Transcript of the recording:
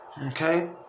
Okay